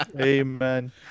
Amen